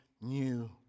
new